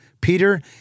Peter